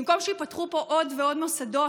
במקום שייפתחו פה עוד ועוד מוסדות,